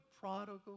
prodigal